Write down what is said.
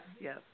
yes